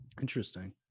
Interesting